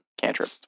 cantrip